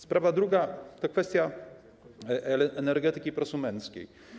Sprawa druga to kwestia energetyki prosumenckiej.